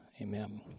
Amen